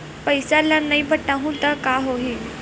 पईसा ल नई पटाहूँ का होही?